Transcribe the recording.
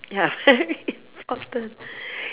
ya very important